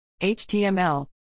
html